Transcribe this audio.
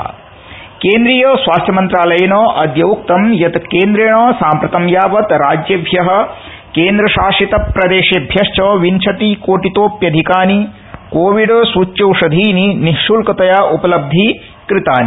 क्केन्द्रीय स्वास्थ्य मंत्रालयेन अद्य उक्तं यत् केन्द्रेण साम्प्रतं यावत् राज्येभ्यः केनद्रशासितप्रदेशेभ्यश्च विंशति कोटितोप्यधिकानि कोविडसुच्यौषधीनि निःशलकतया उपलब्धीकृतानि